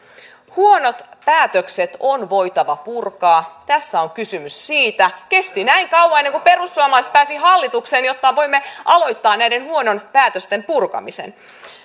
huonot päätökset on voitava purkaa tässä on kysymys siitä kesti näin kauan ennen kuin perussuomalaiset pääsi hallitukseen jotta voimme aloittaa näiden huonojen päätösten purkamisen